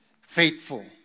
faithful